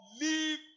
leave